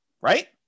right